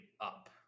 up